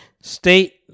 state